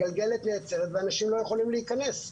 הגלגלת נעצרת ואנשים לא יכולים להיכנס.